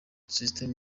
system